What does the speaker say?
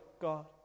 God